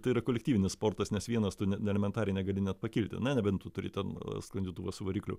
tai yra kolektyvinis sportas nes vienas tu ne elementariai negali net pakilti na nebent tu turi ten sklandytuvą su varikliu